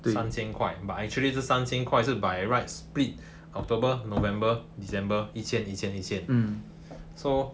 三千块 but actually 这三千块是 by right split october novemenber december 一千一千一千 so